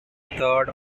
third